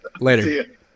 Later